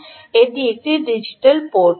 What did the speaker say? এটি একটি ডিজিটাল বন্দর